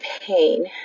pain